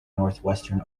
northwestern